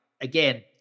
again